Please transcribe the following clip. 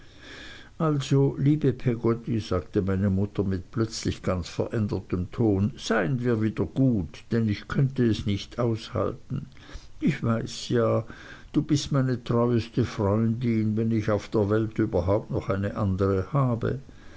also liebe peggotty sagte meine mutter mit plötzlich ganz verändertem ton seien wir wieder gut denn ich könnte es nicht aushalten ich weiß ja du bist meine treueste freundin wenn ich auf der welt überhaupt noch eine andere habe